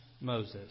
Moses